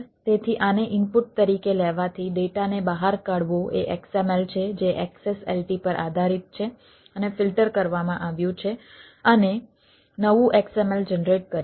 તેથી આને ઇનપુટ તરીકે લેવાથી ડેટાને બહાર કાઢવો એ XML છે જે XSLT પર આધારિત છે અને ફિલ્ટર કરવામાં આવ્યું છે અને નવું XML જનરેટ કર્યું છે